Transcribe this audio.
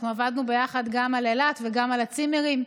אנחנו עבדנו ביחד גם על אילת וגם על הצימרים.